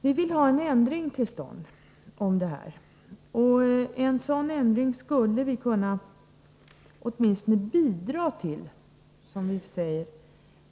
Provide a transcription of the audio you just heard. Vi vill ha en ändring till stånd, och en sådan ändring skulle vi kunna åtminstone bidra till, som vi sägér.